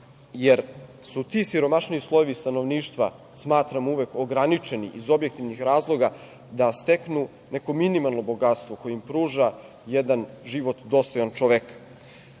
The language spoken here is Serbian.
jer su ti siromašniji slojevi stanovništva, smatram uvek ograničeni iz objektivnih razloga da steknu neko minimalno bogatstvo koje je im pruža jedan život dostojan čoveka.U